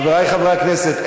חברי חברי הכנסת,